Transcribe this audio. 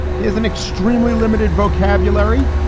he has an extremely limited vocabulary.